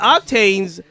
Octane's